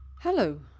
Hello